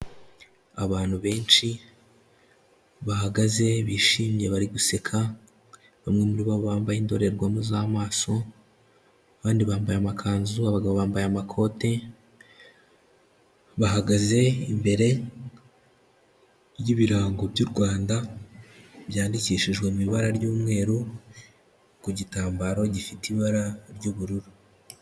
Abantu benshi, bahagaze bishimye, bari guseka, bamwe muri bo bambaye indorerwamo z'amaso, abandi bambaye amakanzu, abagabo bambaye amakoti, bahagaze imbere y'ibirango by'u Rwanda byandikishijwe mu ibara ry'umweru ku gitambaro gifite ibara ry'ubururu.